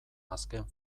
azken